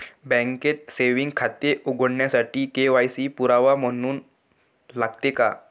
बँकेत सेविंग खाते उघडण्यासाठी के.वाय.सी पुरावा म्हणून लागते का?